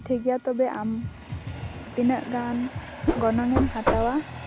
ᱴᱷᱤᱠ ᱜᱮᱭᱟ ᱛᱚᱵᱮ ᱟᱢ ᱛᱤᱱᱟᱹᱜ ᱜᱟᱱ ᱜᱚᱱᱚᱝ ᱮᱢ ᱦᱟᱛᱟᱣᱟ